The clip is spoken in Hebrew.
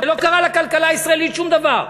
לא קרה לכלכלה הישראלית שום דבר.